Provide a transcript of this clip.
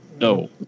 No